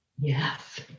Yes